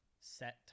set